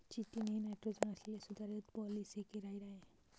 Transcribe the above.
chitin हे nitrogen असलेले सुधारित पॉलिसेकेराइड आहे